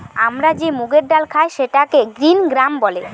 আমরা যে মুগের ডাল খাই সেটাকে গ্রিন গ্রাম বলে